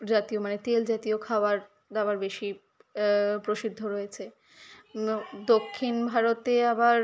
জাতীয় মানে তেল জাতীয় খাবার দাবার বেশি প্রসিদ্ধ রয়েছে নো দক্ষিণ ভারতে আবার